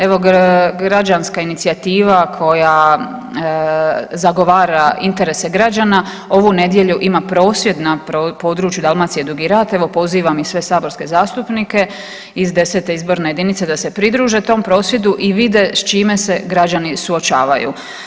Evo, građanska inicijativa koja zagovara interese građana, ovu nedjelju ima prosvjed na području Dalmacije Dugi Rat, evo pozivam i sve saborske zastupnike iz 10. izborne jedinice da se pridruže tom prosvjedu i više s čime se građani suočavaju.